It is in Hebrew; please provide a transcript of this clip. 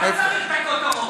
אתה צריך את הכותרות.